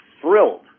thrilled